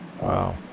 Wow